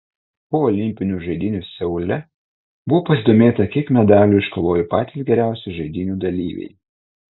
po olimpinių žaidynių seule buvo pasidomėta kiek medalių iškovojo patys geriausi žaidynių dalyviai